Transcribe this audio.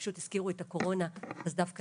פשוט הזכירו את הקורונה, אז דווקא